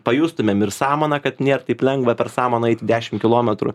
pajustumėm ir samaną kad nėr taip lengva per samaną eit dešim kilometrų